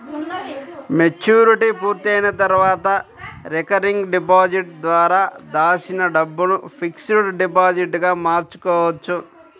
maturity పూర్తయిన తర్వాత recurring deposit ద్వారా దాచిన డబ్బును ఫిక్స్డ్ డిపాజిట్ గా మార్చుకోవచ్చు